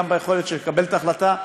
גם ביכולת לקבל את ההחלטה,